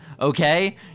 Okay